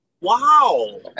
Wow